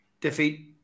Defeat